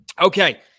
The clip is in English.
Okay